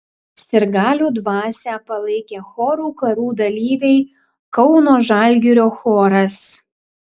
sirgalių dvasią palaikė chorų karų dalyviai kauno žalgirio choras